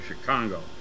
Chicago